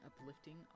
uplifting